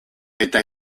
eta